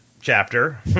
chapter